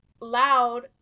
loud